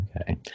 Okay